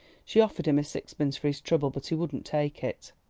she offered him sixpence for his trouble, but he would not take it.